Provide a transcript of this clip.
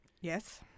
Yes